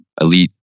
elite